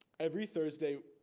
every thursday,